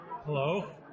Hello